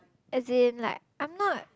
as in like I am not